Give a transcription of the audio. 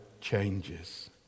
changes